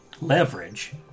leverage